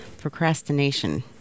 procrastination